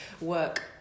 work